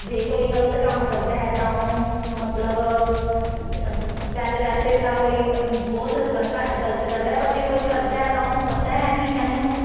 ਜੇ ਕੋਈ ਗਲਤ ਕੰਮ ਕਰਦਾ ਹੈ ਤਾਂ ਉਹਨੂੰ ਮਤਲਬ ਵੈਲ ਵੈਸੇ ਤਾਂ ਕੋਈ ਬਹੁਤ ਅਹ ਘੱਟ ਗਲਤ ਕਰਦਾ ਪਰ ਜੇ ਕੋਈ ਕਰਦਾ ਤਾਂ ਉਹਨੂੰ ਪਤਾ ਹੈ ਕਿ ਮੈਨੂੰ